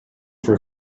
for